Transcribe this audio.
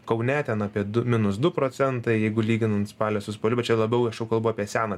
kaune ten apie du minus du procentai jeigu lyginant spalio su spaliu bet čiau labiau aš jau kalbu apie seną